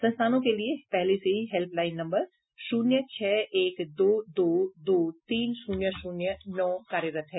संस्थानों के लिए पहले से ही हेल्पलाइन नंबर शून्य छह एक दो दो दो तीन शून्य शून्य शून्य नौ कार्यरत है